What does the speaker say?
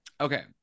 Okay